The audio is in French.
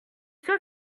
sûr